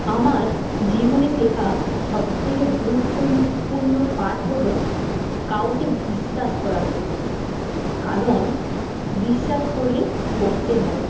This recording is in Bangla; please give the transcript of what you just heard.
আমার জীবনে শেখা সবথেকে গুরুত্বপূর্ণ পাঠ হল কাউকে বিশ্বাস করা উচিত না কারণ বিশ্বাস করলে ঠকতে হয়